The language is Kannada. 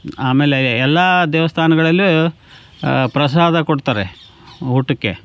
ಆಮೇಲೆ ಎಲ್ಲ ದೇವಸ್ಥಾನಗಳಲ್ಲು ಪ್ರಸಾದ ಕೊಡ್ತಾರೆ ಊಟಕ್ಕೆ